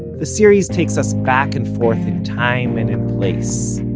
the series takes us back and forth in time and in place.